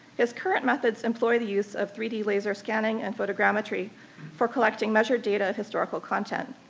his current methods employ the use of three d laser scanning and photogrammetry for collecting measured data of historical content,